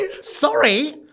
Sorry